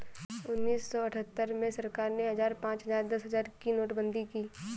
उन्नीस सौ अठहत्तर में सरकार ने हजार, पांच हजार, दस हजार की नोटबंदी की